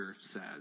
says